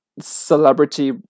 celebrity